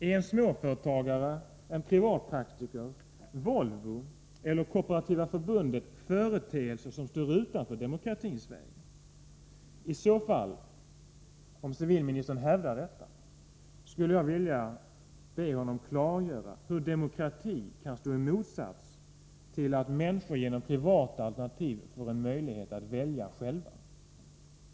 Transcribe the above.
Är en småföretagare, en privatpraktiker, Volvo eller Kooperativa förbundet företeelser som står utanför demokratins väg? Om civilministern hävdar detta, vill jag be honom klargöra hur demokrati kan stå i motsats till att människor genom privata alternativ får möjlighet att själva välja.